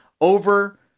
over